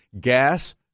gas